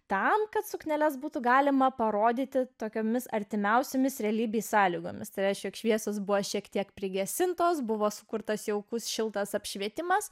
tam kad sukneles būtų galima parodyti tokiomis artimiausiomis realybės sąlygomis trečio šviesos buvo šiek tiek prigesintos buvo sukurtas jaukus šiltas apšvietimas